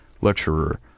lecturer